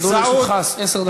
עמדו לרשותך עשר דקות, שזה הרבה.